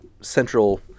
central